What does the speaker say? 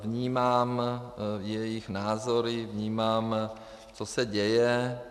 Vnímám jejich názory, vnímám, co se děje.